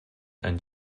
and